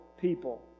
people